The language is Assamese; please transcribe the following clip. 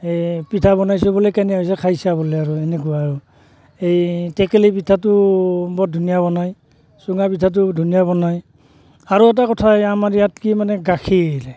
এই পিঠা বনাইছোঁ বোলে কেনে হৈছে খাই চা বোলে আৰু এনেকুৱা আৰু এই টেকেলি পিঠাটো বৰ ধুনীয়া বনায় চুঙা পিঠাটোও ধুনীয়া বনায় আৰু এটা কথা হয় আমাৰ ইয়াত কি মানে গাখীৰ